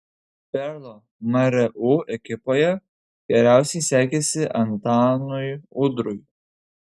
perlo mru ekipoje geriausiai sekėsi antanui udrui